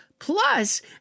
Plus